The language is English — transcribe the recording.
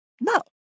No